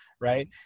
right